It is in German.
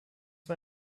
war